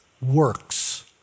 works